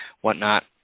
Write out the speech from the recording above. whatnot